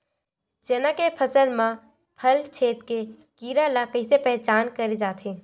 चना के फसल म फल छेदक कीरा ल कइसे पहचान करे जाथे?